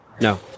No